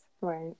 Right